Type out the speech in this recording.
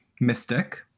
mystic